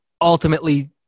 ultimately